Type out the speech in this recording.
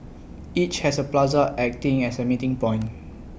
each has A plaza acting as A meeting point